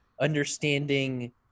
understanding